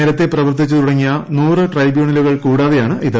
നേരത്തേ പ്രവർത്തിച്ചു തുടങ്ങിയ നൂറ്ട്രൈബ്യൂണലുകൾ കൂടാതെയാണ് ഇത്